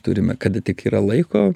turime kada tik yra laiko